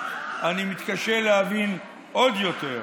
אני מתקשה להבין עוד יותר.